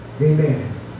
Amen